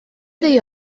they